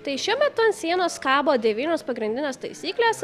tai šiuo metu ant sienos kabo devynios pagrindinės taisyklės